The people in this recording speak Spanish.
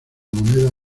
moneda